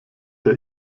der